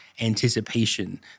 anticipation